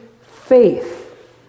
faith